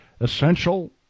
Essential